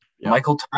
Michael